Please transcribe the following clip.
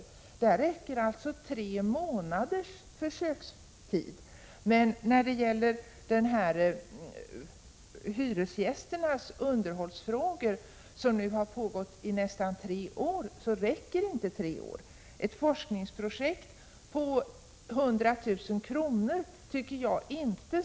Det är lustigt att det i det fallet räcker med tre månaders försökstid. Men när det gäller utvärderingen av hyresgästernas underhållsfrågor, som nu har pågått i nästan tre år, räcker inte detta. Jag tycker inte att ett forskningsprojekt om 100 000 kr.